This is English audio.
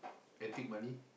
antique money